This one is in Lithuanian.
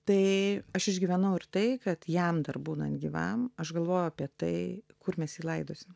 tai aš išgyvenau ir tai kad jam dar būnant gyvam aš galvojau apie tai kur mes jį laidosim